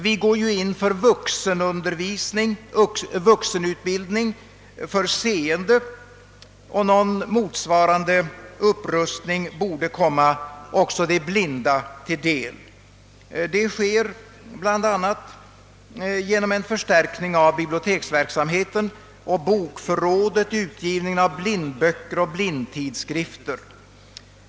Vi går in för vuxenutbildning för seende, och någon motsvarande upprustning borde komma också de blinda till del. Detta kan åstadkommas bl.a. genom en förstärkning av biblioteksverksamheten och bokförrådet samt genom utgivning av blindböcker och blindtidskrifter.